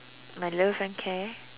my love and care